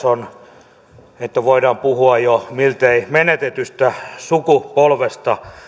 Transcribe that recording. on sellaisia että voidaan puhua jo miltei menetetystä sukupolvesta